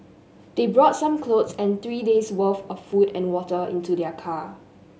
they brought some clothes and three days worth of food and water into their car